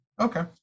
Okay